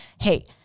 Hey